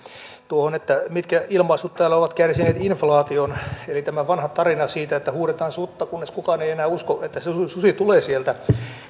tuohon mitkä ilmaisut täällä ovat kärsineet inflaation vanha tarina siitä että huudetaan sutta kunnes kukaan ei enää usko että se susi tulee sieltä